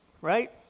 Right